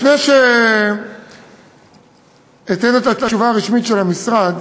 לפני שאתן את התשובה הרשמית של המשרד